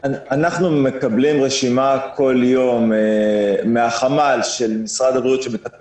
אנחנו מקבלים רשימה בכל יום מהחמ"ל של משרד הבריאות שמטפל